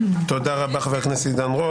תודה רבה, חבר הכנסת עידן רול.